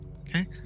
Okay